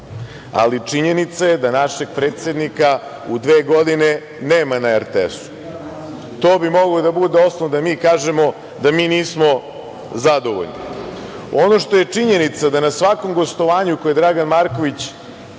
Činjenica je da našeg predsednika u dve godine nema na RTS-u. To bi mogao da bude osnov da mi kažemo da mi nismo zadovoljni. Ono što je činjenica da na svakom gostovanju koje Dragan Marković